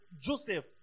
Joseph